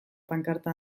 pankarta